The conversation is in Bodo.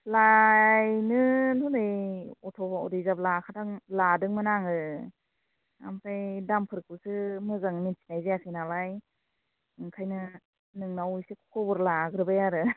लायनोथ' नै अट' रिजार्भ लाखादां लादोंमोन आङो ओमफ्राय दामफोरखौसो मोजां मोनथिनाय जायाखै नालाय ओंखायनो नोंनाव एसे खबर लाग्रोबाय आरो